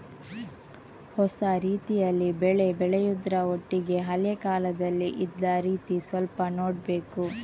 ಹೊಸ ರೀತಿಯಲ್ಲಿ ಬೆಳೆ ಬೆಳೆಯುದ್ರ ಒಟ್ಟಿಗೆ ಹಳೆ ಕಾಲದಲ್ಲಿ ಇದ್ದ ರೀತಿ ಸ್ವಲ್ಪ ನೋಡ್ಬೇಕು